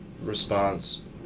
response